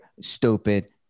stupid